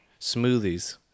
Smoothies